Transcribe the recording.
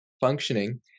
functioning